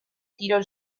kirol